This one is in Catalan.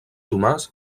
tomàs